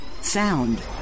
Sound